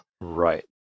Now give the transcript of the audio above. Right